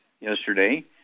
yesterday